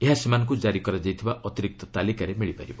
ଏହା ସେମାନଙ୍କୁ ଜାରି କରାଯାଇଥିବା ଅତିରିକ୍ତ ତାଲିକାରେ ମିଳିପାରିବ